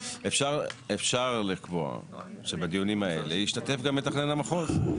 אפשר לקבוע שבדיונים האלה ישתתף גם מתכנן המחוז.